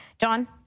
John